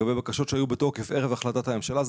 לגבי בקשות שהיו בתוקף ערב החלטת הממשלה אז